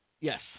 Yes